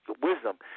wisdom